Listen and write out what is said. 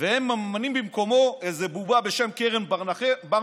והם ממנים במקומו איזה בובה בשם קרן בר-מנחם,